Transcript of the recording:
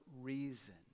Reason